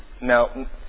Now